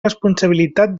responsabilitat